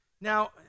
Now